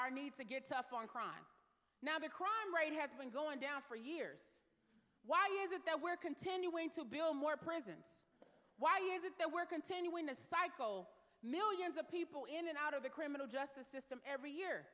our need to get tough on crime now the crime rate has been going down for years why is it that we're continuing to build more prisons why is it that we're continuing the cycle millions of people in and out of the criminal justice system every year